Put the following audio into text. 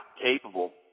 capable